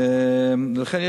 לכן,